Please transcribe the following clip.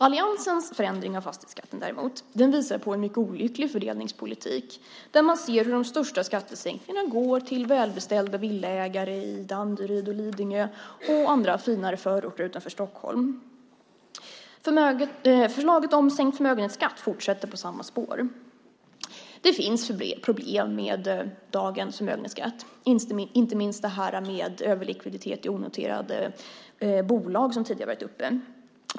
Alliansens förändringar av fastighetsskatten däremot visar på en mycket olycklig fördelningspolitik, där man ser att de största skattesänkningarna går till välbeställda villaägare i Danderyd, Lidingö och andra finare förorter utanför Stockholm. Förslaget om sänkt förmögenhetsskatt fortsätter på samma spår. Det finns problem med dagens förmögenhetsskatt, inte minst i fråga om överlikviditet i onoterade bolag som tidigare har tagits upp.